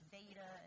data